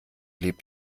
lebt